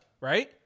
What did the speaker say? right